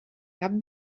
cap